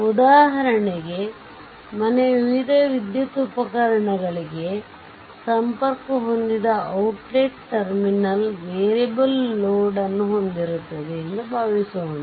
ಉದಾಹರಣೆಗೆ ಮನೆಯ ವಿವಿಧ ವಿದ್ಯುತ್ ಉಪಕರಣಗಳಿಗೆ ಸಂಪರ್ಕ ಹೊಂದಿದ ಔಟ್ಲೇಟ್ ಟರ್ಮಿನಲ್ ವೇರಿಯಬಲ್ ಲೋಡ್ ಅನ್ನು ಹೊಂದಿರುತ್ತದೆ ಎಂದು ಭಾವಿಸೋಣ